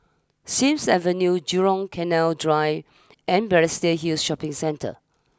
Sims Avenue Jurong Canal Drive and Balestier Hill Shopping Centre